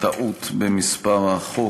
טעות במספר החוק,